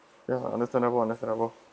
ya understandable understandable